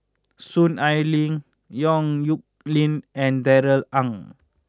Soon Ai Ling Yong Nyuk Lin and Darrell Ang